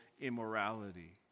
immorality